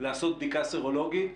לעשות בדיקה סרולוגית.